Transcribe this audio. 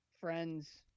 friends